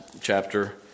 chapter